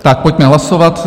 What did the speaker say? Tak pojďme hlasovat.